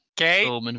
Okay